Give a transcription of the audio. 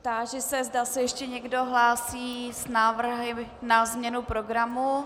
Táži se, zda se ještě někdo hlásí s návrhy na změnu programu.